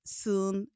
siden